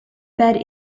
bed